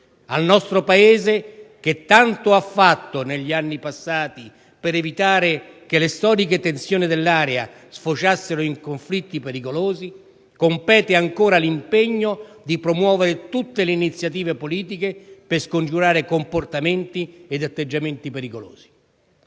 Al nostro Paese, che tanto ha fatto negli anni passati per evitare che le storiche tensioni dell'area sfociassero in conflitti pericolosi, compete ancora l'impegno di promuovere tutte le iniziative politiche per scongiurare comportamenti ed atteggiamenti pericolosi.